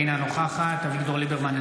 אינה נוכחת אביגדור ליברמן,